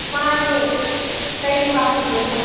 ꯃꯥꯟꯅꯦ ꯀꯔꯤ ꯄꯥꯝꯕꯤꯕꯅꯣ